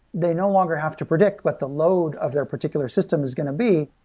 they no longer have to predict what the load of their particular system is going to be.